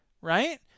right